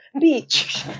beach